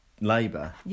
labour